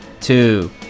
two